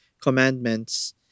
commandments